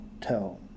tell